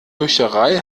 bücherei